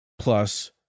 plus